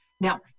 Now